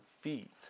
feet